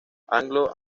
anglo